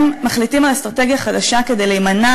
והם מחליטים על אסטרטגיה חדשה כדי להימנע